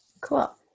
cool